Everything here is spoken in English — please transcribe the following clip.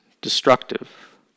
destructive